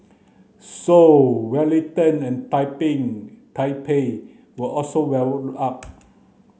Seoul Wellington and Taipei were also well up